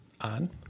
on